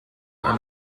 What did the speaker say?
are